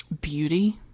beauty